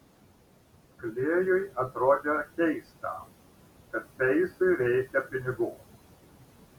klėjui atrodė keista kad peisui reikia pinigų